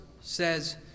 says